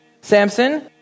Samson